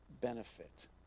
benefit